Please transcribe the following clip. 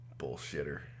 bullshitter